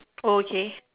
oh okay